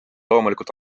loomulikult